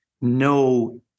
no